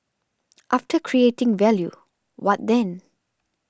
after creating value what then